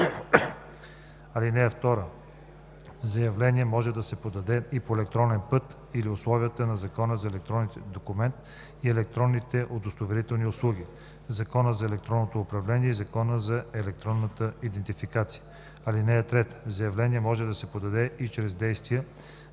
начин. (2) Заявление може да се подаде и по електронен път при условията на Закона за електронния документ и електронните удостоверителни услуги, Закона за електронното управление и Закона за електронната идентификация. (3) Заявление може да се подаде и чрез действия